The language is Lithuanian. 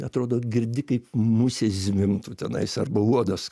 atrodo girdi kaip musės zvimbtų tenais arba uodas